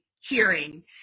hearing